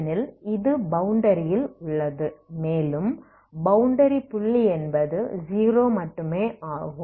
ஏனனில் இது பௌண்டரியில் உள்ளது மேலும் பௌண்டரி புள்ளி என்பது 0 மட்டுமே ஆகும்